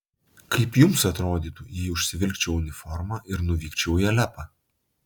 kaip jums atrodytų jei užsivilkčiau uniformą ir nuvykčiau į alepą